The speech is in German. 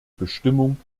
bestimmung